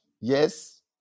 yes